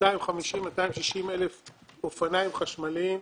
260,000-250,000 אופניים חשמליים.